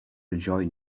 enjoying